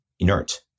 inert